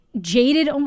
jaded